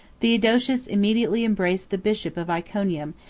theodosius immediately embraced the bishop of iconium,